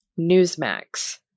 Newsmax